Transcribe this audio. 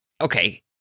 Okay